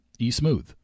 eSmooth